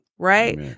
right